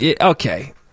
Okay